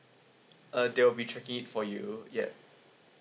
uh they will rechecking it for you yeah